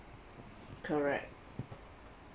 correct